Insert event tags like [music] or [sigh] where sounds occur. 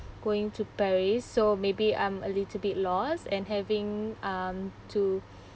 going to paris so maybe I'm a little bit lost and having um to [breath] [noise]